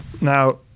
Now